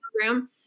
program